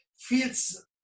feels